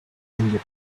and